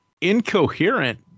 incoherent